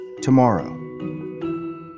tomorrow